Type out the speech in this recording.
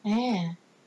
ya